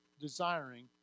desiring